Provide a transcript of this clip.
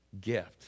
gift